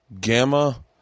Gamma